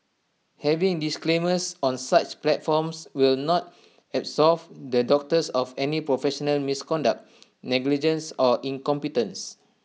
having disclaimers on such platforms will not absolve the doctors of any professional misconduct negligence or incompetence